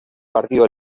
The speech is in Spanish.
partido